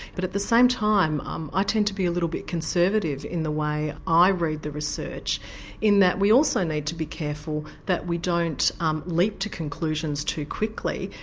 but at the same time i um ah tend to be a little bit conservative in the way i read the research in that we also need to be careful that we don't um leap to conclusions too quickly.